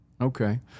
Okay